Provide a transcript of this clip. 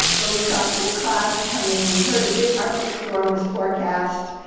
but we saw thick clouds coming. we heard a big arctic storm was forecast,